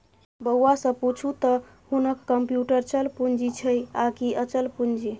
बौआ सँ पुछू त हुनक कम्युटर चल पूंजी छै आकि अचल पूंजी